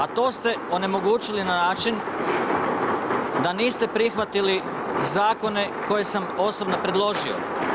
A to ste onemogućili na način, da niste prihvatili zakone koje sam osobno predložio.